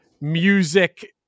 music